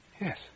Yes